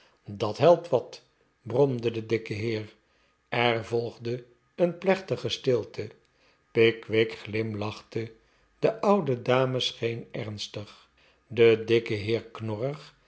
dat helpt wat bromde de dikke heer er volgde een plechtige stilte pickwick glimlachte de oude dame scheen ernstig de dikke heer knorrig